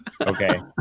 Okay